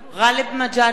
גאלב מג'אדלה,